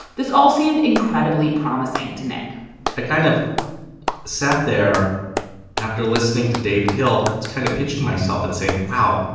this all seemed incredibly promising to nick i kind of sat there after listening to david hill kind of pinching myself and saying, wow,